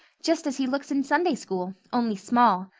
just as he looks in sunday school, only small.